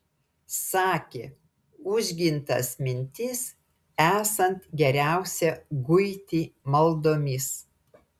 sakė užgintas mintis esant geriausia guiti maldomis